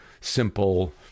simple